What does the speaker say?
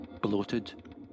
bloated